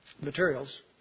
materials